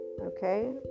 okay